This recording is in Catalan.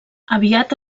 aviat